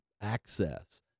access